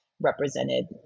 represented